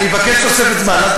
אני מבקש תוספת זמן,